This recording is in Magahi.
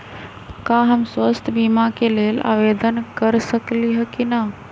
का हम स्वास्थ्य बीमा के लेल आवेदन कर सकली ह की न?